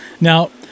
Now